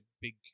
big